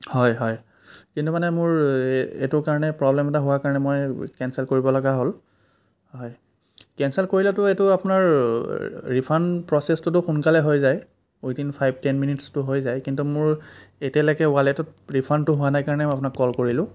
হয় হয় কিন্তু মানে মোৰ এইটো কাৰণে প্ৰব্লেম এটা হোৱা কাৰণে মই কেনচেল কৰিব লগা হ'ল হয় কেনচেল কৰিলেতো এইটো আপোনাৰ ৰিফাণ্ড প্ৰচেছটোতো সোনকালে হৈ যায় ৱিদিন ফাইফ টেন মিনিটচটো হৈ যায় কিন্তু মোৰ এতিয়ালৈকে ৱালেটত ৰিফাণ্ডটো হোৱা নাই কাৰণে মই আপোনাক কল কৰিলোঁ